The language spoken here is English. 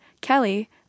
kelly